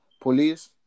Police